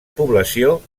població